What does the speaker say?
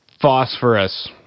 phosphorus